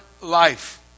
life